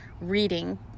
reading